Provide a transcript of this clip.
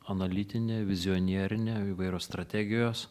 analitinė vizionierinė įvairios strategijos